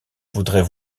voudrait